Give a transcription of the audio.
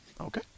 Okay